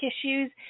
issues